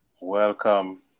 Welcome